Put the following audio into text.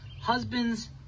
Husbands